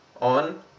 on